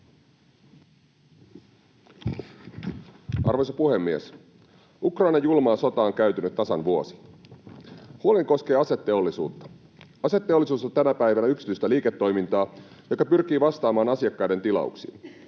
Arvoisa puhemies! Ukrainan julmaa sotaa on käyty nyt tasan vuosi. Huoleni koskee aseteollisuutta. Aseteollisuus on tänä päivänä yksityistä liiketoimintaa, joka pyrkii vastaamaan asiakkaiden tilauksiin.